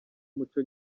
umuco